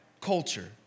culture